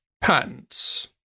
patents